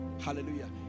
Hallelujah